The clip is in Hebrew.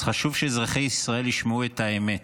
אז חשוב שאזרחי ישראל ישמעו את האמת.